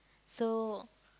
so